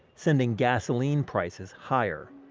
sending gasoline prices higher.